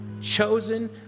chosen